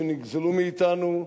שנגזלו מאתנו,